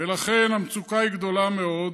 ולכן המצוקה היא גדולה מאוד.